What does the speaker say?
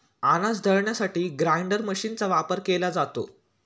अनाज दळण्यासाठी ग्राइंडर मशीनचा वापर केला जातो